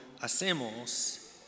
hacemos